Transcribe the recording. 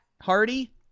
Hardy